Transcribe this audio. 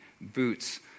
boots